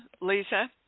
Lisa